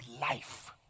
life